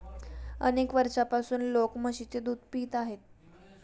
अनेक वर्षांपासून लोक म्हशीचे दूध पित आहेत